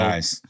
Nice